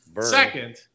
Second